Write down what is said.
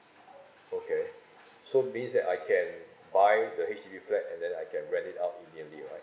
okay so means that I can buy the H_D_B flat and then I can rent it out immediately right